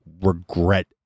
regret